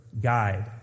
guide